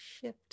shift